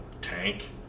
tank